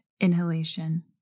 inhalation